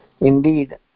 Indeed